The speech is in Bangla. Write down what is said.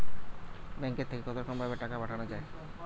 ব্যাঙ্কের থেকে কতরকম ভাবে টাকা পাঠানো য়ায়?